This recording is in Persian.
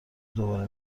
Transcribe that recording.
دوباره